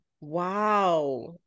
Wow